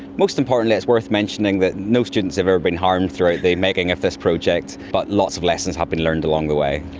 most importantly it's worth mentioning that no students have ever been harmed throughout the making of this project, but lots of lessons have been learned along the way.